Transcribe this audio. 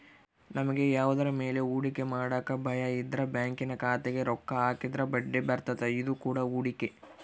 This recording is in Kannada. ನಮಗೆ ಯಾವುದರ ಮೇಲೆ ಹೂಡಿಕೆ ಮಾಡಕ ಭಯಯಿದ್ರ ಬ್ಯಾಂಕಿನ ಖಾತೆಗೆ ರೊಕ್ಕ ಹಾಕಿದ್ರ ಬಡ್ಡಿಬರ್ತತೆ, ಇದು ಕೂಡ ಹೂಡಿಕೆ